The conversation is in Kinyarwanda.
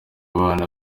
abana